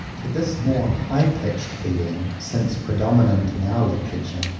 to this more high-pitched feeling, since predominant in our literature,